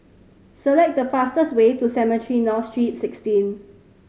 select the fastest way to Cemetry North Street Sixteen